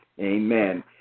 Amen